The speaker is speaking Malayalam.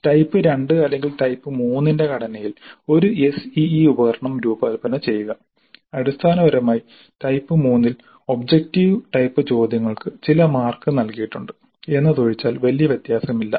ടൈപ്പ് 2 അല്ലെങ്കിൽ ടൈപ്പ് 3 ന്റെ ഘടനയിൽ ഒരു SEE ഉപകരണം രൂപകൽപ്പന ചെയ്യുക അടിസ്ഥാനപരമായി ടൈപ്പ് മൂന്നിൽ ഒബ്ജക്ടീവ് ടൈപ്പ് ചോദ്യങ്ങൾക്ക് ചില മാർക്ക് നൽകിയിട്ടുണ്ട് എന്നതൊഴിച്ചാൽ വല്യ വ്യത്യാസമില്ല